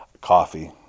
Coffee